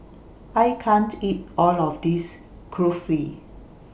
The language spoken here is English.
I can't eat All of This Kulfi